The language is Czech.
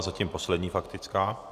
Zatím poslední faktická.